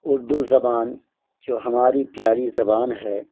اردو زبان جو ہماری پیاری زبان ہے